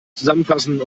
zusammenfassen